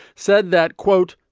said that, quote,